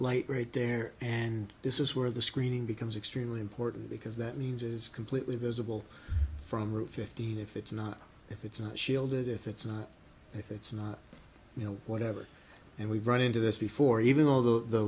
light rate there and this is where the screening becomes extremely important because that means is completely visible from route fifteen if it's not if it's not shielded if it's not if it's not you know whatever and we've run into this before even though the